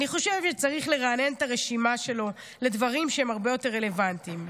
אני חושבת שצריך לרענן את הרשימה שלה לדברים שהם הרבה יותר רלוונטיים.